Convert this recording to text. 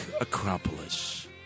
Acropolis